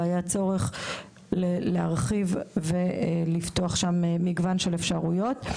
ויש צורך להרחיב ולפתוח שם מגוון של אפשרויות.